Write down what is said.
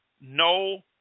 no